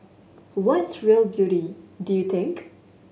what's real beauty do you think